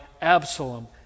Absalom